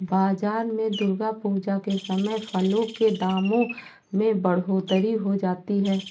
बाजार में दुर्गा पूजा के समय फलों के दामों में बढ़ोतरी हो जाती है